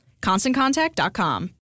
ConstantContact.com